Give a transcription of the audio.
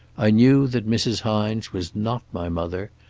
i knew that mrs. hines was not my mother.